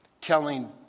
telling